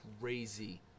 Crazy